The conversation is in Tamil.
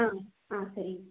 ஆ ஆ சரிங்க